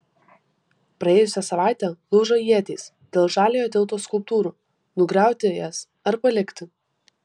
praėjusią savaitę lūžo ietys dėl žaliojo tilto skulptūrų nugriauti jas ar palikti